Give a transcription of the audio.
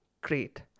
great